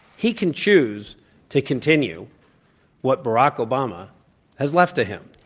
he can choose to continue what barack obama has left to him.